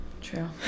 True